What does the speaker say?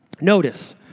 Notice